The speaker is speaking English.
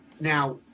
Now